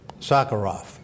Sakharov